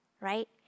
right